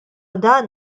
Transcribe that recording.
dan